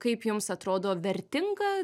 kaip jums atrodo vertinga